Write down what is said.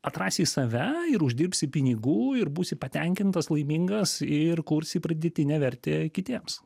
atrasi save ir uždirbsi pinigų ir būsi patenkintas laimingas ir kursi pridėtinę vertę kitiems